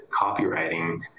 copywriting